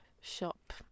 shop